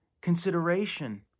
consideration